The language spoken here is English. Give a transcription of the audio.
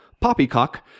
poppycock